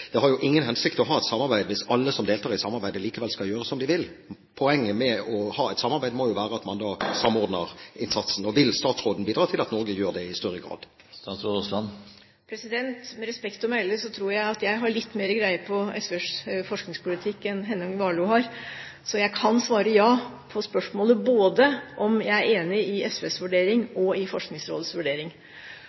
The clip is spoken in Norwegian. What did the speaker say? Det har jo ingen hensikt å ha et samarbeid hvis alle som deltar i samarbeidet, likevel skal gjøre som de vil. Poenget med å ha et samarbeid må jo være at man samordner innsatsen. Vil statsråden bidra til at Norge gjør det i større grad? Med respekt å melde så tror jeg at jeg har litt mer greie på SVs forskningspolitikk enn det Henning Warloe har. Så jeg kan svare ja på spørsmålet – både om jeg er enig i SVs vurdering og i Forskningsrådets vurdering.